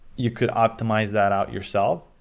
you could optimize that out yourself.